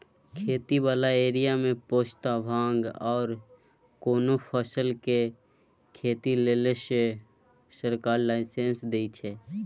खेती बला एरिया मे पोस्ता, भांग आर कोनो फसल केर खेती लेले सेहो सरकार लाइसेंस दइ छै